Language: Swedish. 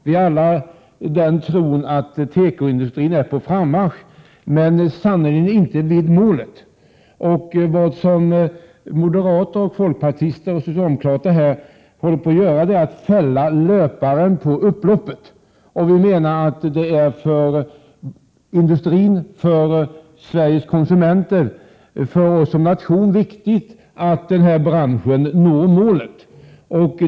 Vi har alla den tron att tekoindustrin är på frammarsch men sannerligen inte framme vid målet. Vad moderater, folkpartister och socialdemokrater håller på att göra är att fälla löparen på upploppet. Centern menar att det för industrin, för Sveriges konsumenter och för Sverige som nation är viktigt att den här branschen når målet.